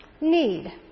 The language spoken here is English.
Need